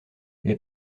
les